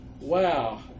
Wow